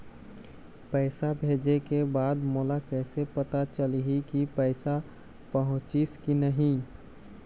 पैसा भेजे के बाद मोला कैसे पता चलही की पैसा पहुंचिस कि नहीं?